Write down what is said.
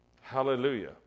Hallelujah